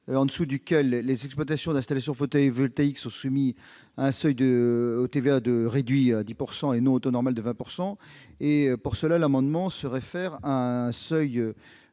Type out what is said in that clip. en dessous duquel les exploitations d'installations photovoltaïques sont soumises à un taux réduit de TVA de 10 % et non au taux normal de 20 %. Pour ce faire, l'amendement se réfère à un seuil